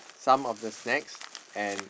some of the snacks and